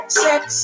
sex